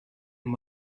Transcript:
and